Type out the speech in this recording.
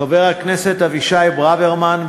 חבר הכנסת אבישי ברוורמן,